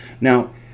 Now